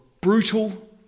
brutal